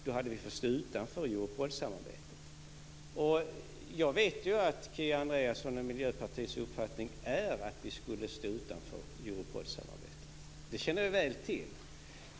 Då hade vi stått utanför Europolsamarbetet. Jag vet att Kia Andreassons och Miljöpartiets uppfattning är att vi skulle stå utanför det samarbetet. Det känner jag väl till.